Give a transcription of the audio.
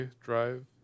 Drive